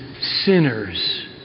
sinners